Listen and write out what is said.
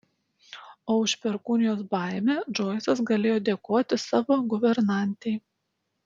o už perkūnijos baimę džoisas galėjo dėkoti savo guvernantei